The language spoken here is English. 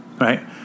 Right